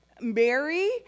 Mary